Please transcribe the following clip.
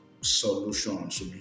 solutions